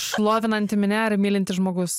šlovinanti minia ar mylintis žmogus